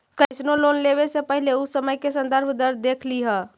कइसनो लोन लेवे से पहिले उ समय के संदर्भ दर देख लिहऽ